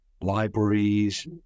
libraries